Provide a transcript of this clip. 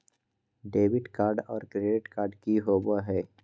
Debit card और credit card की होवे हय?